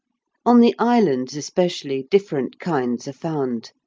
on the islands, especially, different kinds are found.